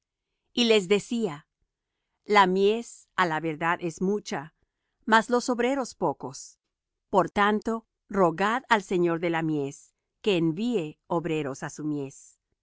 y les decía la mies á la verdad es mucha mas los obreros pocos por tanto rogad al señor de la mies que envíe obreros